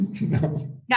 No